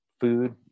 food